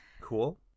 Cool